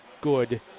good